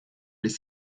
les